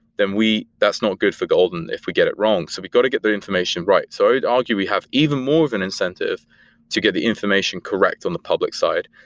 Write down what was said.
then that's not good for golden if we get it wrong. so we got to get the information right. so i'd argue, we have even more of an incentive to get the information correct on the public side,